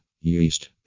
yeast